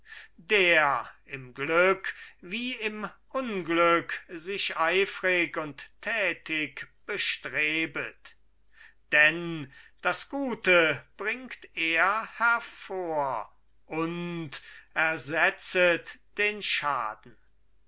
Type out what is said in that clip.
der im glück wie im unglück sich eifrig und tätig bestrebet denn das gute bringt er hervor und ersetzet den schaden